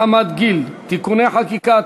הצעת חוק הפליה מחמת גיל (תיקוני חקיקה),